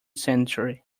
century